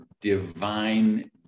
divine